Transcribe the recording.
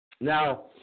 Now